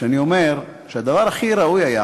שאני אומר שהדבר הכי ראוי היה